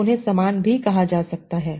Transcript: तो उन्हें समान भी कहा जा सकता है